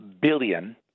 billion